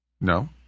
no